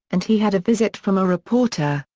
and he had a visit from a reporter,